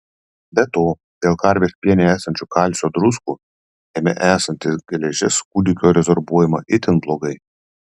be to dėl karvės piene esančių kalcio druskų jame esanti geležis kūdikio rezorbuojama itin blogai